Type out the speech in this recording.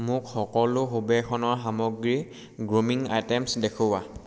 মোক সকলো সুবেশনৰ সামগ্ৰী দেখুওৱা